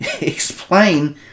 explain